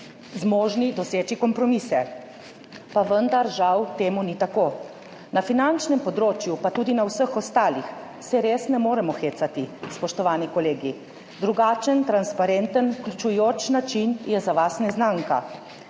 zmožni doseči kompromise, pa vendar žal to ni tako. Na finančnem področju, pa tudi na vseh ostalih, se res ne moremo hecati, spoštovani kolegi. Drugačen, transparenten, vključujoč način je za vas neznanka.